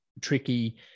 tricky